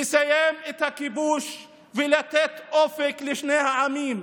לסיים את הכיבוש, ולתת אופק לשני העמים,